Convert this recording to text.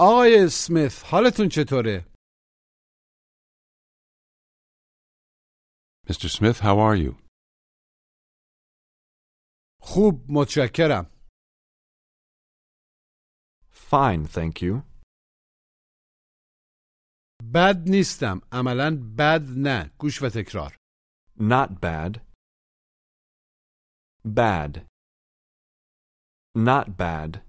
آقای سمیت، حالتون چطوره؟ Mr. Smith, how are you? خوب، متشکرم. Fine, thank you. بد نیستم، عملاً بد نه. گوش و تکرار. Not bad. Bad. Not bad.